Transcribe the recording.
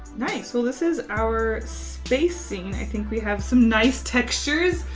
nice. well, this is our space scene. i think we have some nice textures.